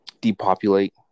depopulate